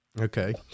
Okay